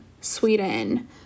Sweden